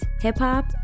hip-hop